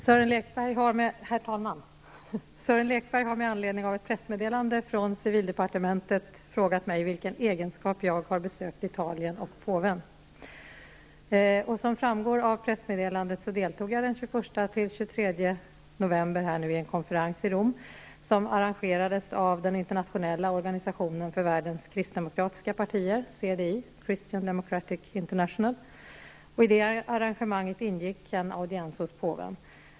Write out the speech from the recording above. Herr talman! Sören Lekberg har med anledning av ett pressmeddelande från civildepartementet frågat mig i vilken egenskap jag har besökt Italien och påven. Som framgår av pressmeddelandet deltog jag den arrangemanget ingick en audiens hos påven.